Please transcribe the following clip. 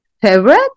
Favorite